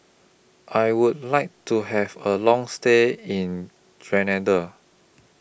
I Would like to Have A Long stay in Grenada